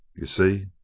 you see?